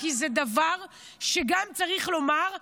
כי זה דבר שצריך לומר,